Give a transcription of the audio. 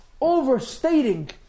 overstating